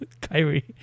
Kyrie